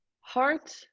heart